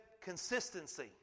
consistency